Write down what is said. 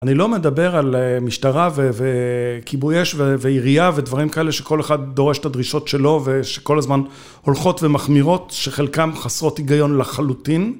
אני לא מדבר על משטרה וכיבוי אש ועירייה ודברים כאלה שכל אחד דורש את הדרישות שלו ושכל הזמן הולכות ומחמירות שחלקם חסרות היגיון לחלוטין